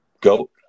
goat